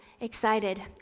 excited